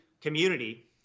community